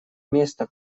место